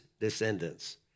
descendants